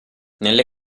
nelle